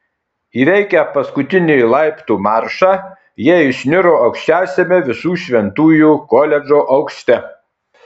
įveikę paskutinį laiptų maršą jie išniro aukščiausiame visų šventųjų koledžo aukšte